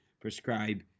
prescribe